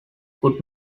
could